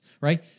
right